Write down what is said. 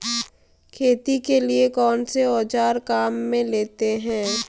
खेती के लिए कौनसे औज़ार काम में लेते हैं?